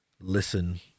listen